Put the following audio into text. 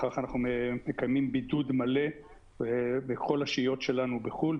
וכך אנחנו מקיימים בידוד מלא בכל השהיות שלנו בחו"ל,